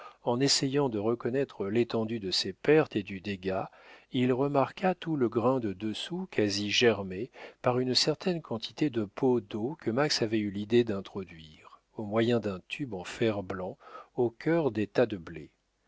en essayant de reconnaître l'étendue de ses pertes et du dégât il remarqua tout le grain de dessous quasi germé par une certaine quantité de pots d'eau que max avait eu l'idée d'introduire au moyen d'un tube en fer-blanc au cœur des tas de blé